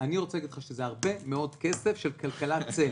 אני רוצה להגיד לך שזה הרבה מאוד כסף של "כלכלת צל".